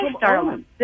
darling